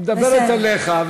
היא מדברת אליך,